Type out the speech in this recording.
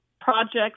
projects